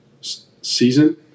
season